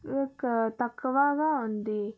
తక్కువగా ఉంది